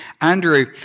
Andrew